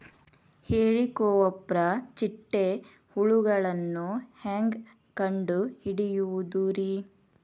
ಹೇಳಿಕೋವಪ್ರ ಚಿಟ್ಟೆ ಹುಳುಗಳನ್ನು ಹೆಂಗ್ ಕಂಡು ಹಿಡಿಯುದುರಿ?